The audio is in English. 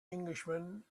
englishman